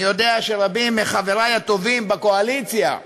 אני יודע שרבים מחברי הטובים בקואליציה,